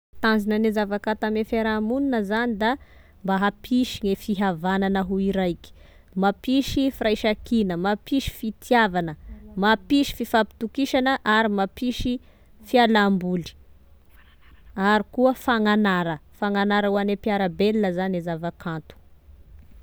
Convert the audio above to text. Tanzonane zavakanto ame fiarahamonina zany da mba hampisy e fihavanana ho iraiky, mampisy firaisankina, mampisy fitiavana mampisy fifampitokisana ary mampisy fialamboly ary koa fagnanara fagnanara hoane mpiarabelona zany e zavakanto.